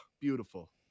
beautiful